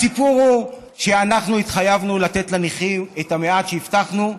הסיפור הוא שאנחנו התחייבנו לתת לנכים את המעט שהבטחנו,